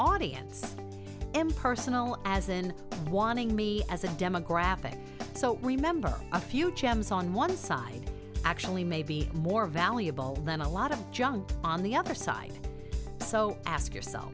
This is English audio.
audience impersonal azen wanting me as a demographic so remember a few gems on one side actually may be more valuable than a lot of junk on the other side so ask yourself